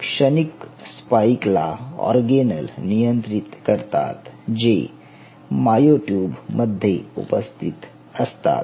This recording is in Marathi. क्षणिक स्पाइक ला ऑर्गेनेल नियंत्रित करतात जे माअयो ट्युब मध्ये उपस्थित असतात